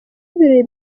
ibirori